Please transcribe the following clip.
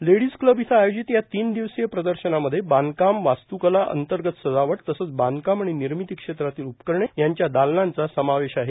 ladies club इथं आयोजित या तीन दिवसीय प्रदर्शनांमध्ये बांधकाम वास्तृकला अंतर्गत सजावट तसंच बांधकाम आणि निर्मिती क्षेत्रातील उपकरणे यांच्या दालनानांचा समावेश आहे